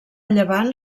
llevant